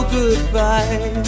goodbye